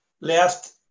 left